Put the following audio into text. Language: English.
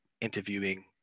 interviewing